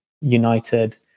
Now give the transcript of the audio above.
United